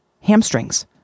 hamstrings